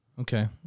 Okay